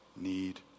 need